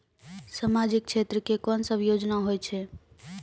समाजिक क्षेत्र के कोन सब योजना होय छै?